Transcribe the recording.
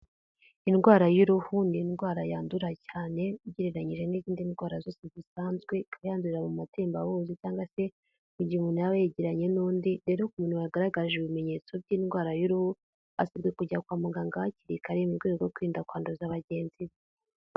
Indwara y'uruhu ni indwara yandura cyane ugereranyije n'izindi ndwara zose zisanzwe, ikaba yandurira mu matembabuzi, cyangwa se mu gihe umuntu yaba yegeranye n'undi, rero ku muntu wagaragaje ibimenyetso by'indwara y'uruhu asabwe kujya kwa muganga hakiri kare, mu rwego rwo kwirinda kwanduza bagenzi be.